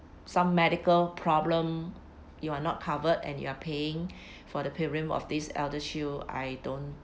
some medical problem you are not covered and you're paying for the premium of this ElderShield I don't